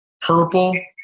purple